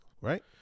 Right